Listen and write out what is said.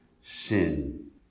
Sin